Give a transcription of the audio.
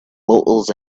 models